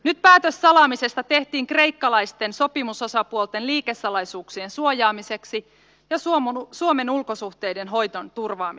nyt päätös salaamisesta tehtiin kreikkalaisten sopimusosapuolten liikesalaisuuksien suojaamiseksi ja suomen ulkosuhteiden hoidon turvaamiseksi